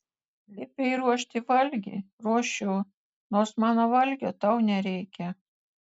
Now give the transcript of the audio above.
liepei ruošti valgį ruošiu nors mano valgio tau nereikia